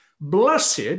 Blessed